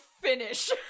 finish